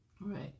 Right